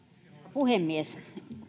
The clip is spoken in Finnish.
puhemies